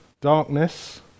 darkness